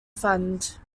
fund